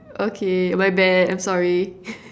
okay my bad I'm sorry